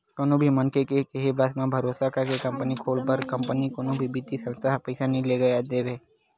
कोनो भी मनखे के केहे बस म, भरोसा करके कंपनी खोले बर का कोनो भी बित्तीय संस्था ह पइसा नइ लगा देवय